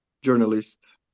journalist